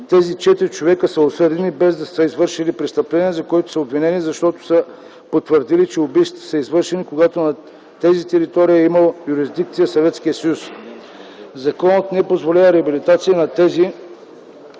Тези четирима човека са осъдени, без да са извършили престъпление, за което са обвинени, защото са потвърдили, че убийствата са извършени, когато на тези територии е имал юрисдикция Съветския съюз. Законът не позволява реабилитация на тези